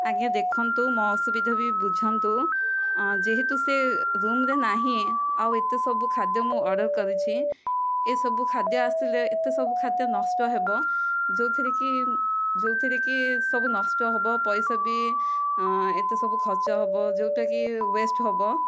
ଆଜ୍ଞା ଦେଖନ୍ତୁ ମୋ ଅସୁବିଧା ବି ବୁଝନ୍ତୁ ଯେହେତୁ ସେ ରୁମ୍ ରେ ନାହିଁ ଆଉ ଏତେସବୁ ଖାଦ୍ୟ ମୁଁ ଅର୍ଡ଼ର କରିଛି ଏସବୁ ଖାଦ୍ୟ ଆସିଲେ ଏତେ ସବୁ ଖାଦ୍ୟ ନଷ୍ଟ ହେବ ଯେଉଁଥିରେ କି ଯେଉଁଥିରେ କି ସବୁ ନଷ୍ଟ ହେବ ପଇସା ବି ଏତେ ସବୁ ଖର୍ଚ୍ଚ ହେବ ଯେଉଁଟାକି ୱେଷ୍ଟ ହେବ